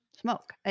smoke